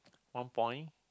one point